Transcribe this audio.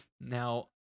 Now